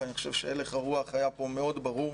ואני חושב שהלך הרוח היה מאוד ברור.